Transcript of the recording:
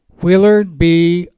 willard b.